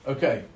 Okay